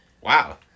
Wow